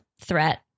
threat